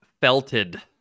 Felted